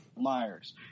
Myers